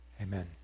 amen